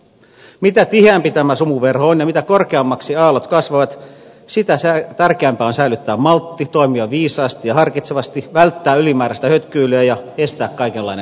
mitä tiheämpi tämä sumuverho on ja mitä korkeammiksi aallot kasvavat sitä tärkeämpää on säilyttää maltti toimia viisaasti ja harkitsevasti välttää ylimääräistä hötkyilyä ja estää kaikenlainen panikointi